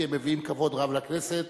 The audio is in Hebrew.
כי הם מביאים כבוד רב לכנסת,